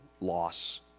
loss